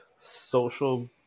social